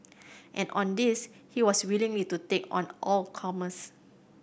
and on this he was willingly to take on all comers